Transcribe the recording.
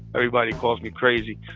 everybody calls me crazy,